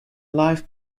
live